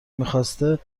میخواسته